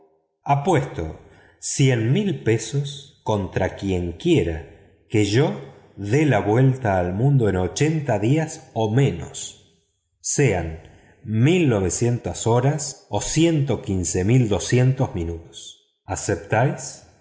fogg apuesto veinte mil libras contra quien quiera a que yo doy la vuelta al mundo en ochenta días o menos sean mil novecientas veinte horas o ciento quince mil doscientos minutos aceptáis